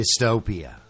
dystopia